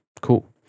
Cool